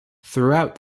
throughout